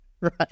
right